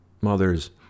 mother's